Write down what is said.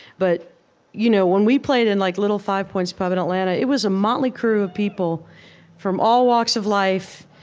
but you know when we played in like little five points pub in atlanta, it was a motley crew of people from all walks of life.